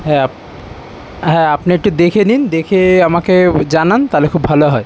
হ্যাঁ হ্যাঁ আপনি আগে দেখে নিন দেখে আমাকে জানান তাহলে খুব ভালো হয়